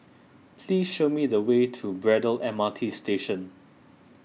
please show me the way to Braddell M R T Station